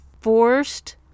forced